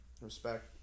Respect